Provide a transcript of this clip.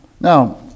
Now